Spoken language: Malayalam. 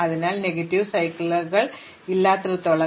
അതിനാൽ നെഗറ്റീവ് സൈക്കിളുകൾ ഇല്ലാത്തിടത്തോളം